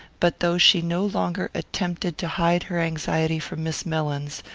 but though she no longer attempted to hide her anxiety from miss mellins,